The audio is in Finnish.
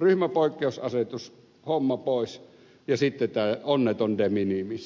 ryhmäpoikkeusasetus homma pois ja sitten tämä onneton de minimis